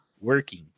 working